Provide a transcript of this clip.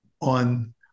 on